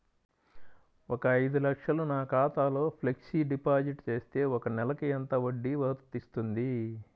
ఒక ఐదు లక్షలు నా ఖాతాలో ఫ్లెక్సీ డిపాజిట్ చేస్తే ఒక నెలకి ఎంత వడ్డీ వర్తిస్తుంది?